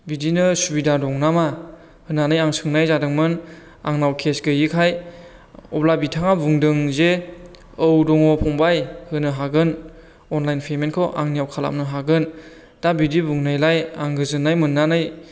बिदिनो सुबिदा दं नामा होननानै आं सोंनाय जादोंमोन आंनाव खेस गैयिखाय अब्ला बिथाङा बुंदों जे औ दङ फंबाय होनो हागोन अनलाइन पेमेनखौ आंनियाव खालामनो हागोन दा बिदि बुंनायलाय आं गोजोननाय मोननानै